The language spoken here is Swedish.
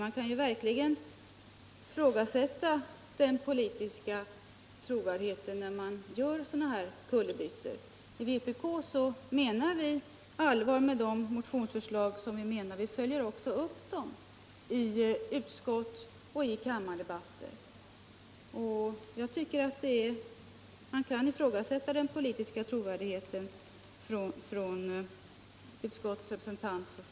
Man kan verkligen ifrågasätta den politiska trovärdigheten hos dem som gör sådana här kullerbyttor. I vpk menar vi allvar med våra motionsförslag. Vi följer också upp dem i utskott och i kammardebatter, och jag tycker att man kan ifrågasätta den politiska trovärdigheten hos folkpartiets utskottsrepresentanter.